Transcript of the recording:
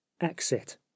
Exit